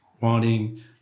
wanting